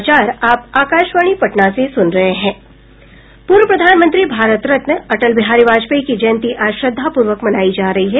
पूर्व प्रधानमंत्री भारत रत्न अटल बिहारी वाजपेयी की जयंती आज श्रद्धापूर्वक मनायी जा रही है